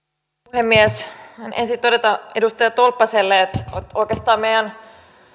puhemies haluan ensin todeta edustaja tolppaselle että oikeastaan meidän